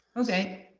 okay.